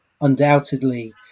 undoubtedly